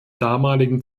damaligen